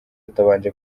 atabanje